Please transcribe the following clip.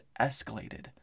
escalated